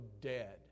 dead